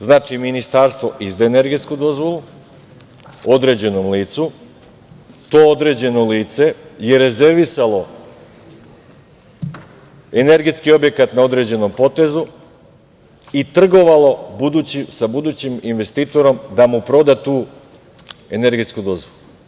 Znači, Ministarstvo izda energetsku dozvolu određenom licu, to određeno lice je rezervisalo energetski objekat na određenom potezu i trgovalo sa budućim investitorom da mu proda tu energetsku dozvolu.